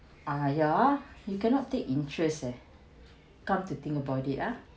ah ya he cannot take interest eh come to think about it ah